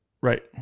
Right